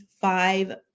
five